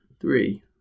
Three